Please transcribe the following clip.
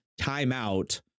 timeout